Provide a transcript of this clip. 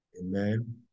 Amen